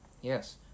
Yes